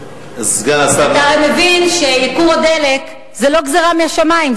אתה הרי מבין שייקור הדלק זה לא גזירה משמים,